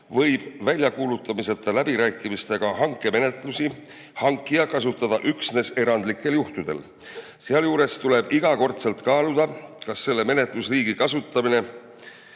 väljakuulutamata läbirääkimistega hankemenetlusi kasutada üksnes erandlikel juhtudel. Sealjuures tuleb iga kord kaaluda, kas selle menetlusliigi kasutamise